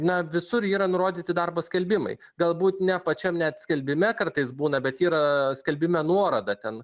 na visur yra nurodyti darbo skelbimai galbūt ne pačiam net skelbime kartais būna bet yra skelbime nuoroda ten